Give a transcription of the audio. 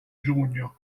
giugno